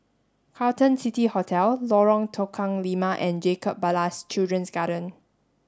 Carlton City Hotel Lorong Tukang Lima and Jacob Ballas Children's Garden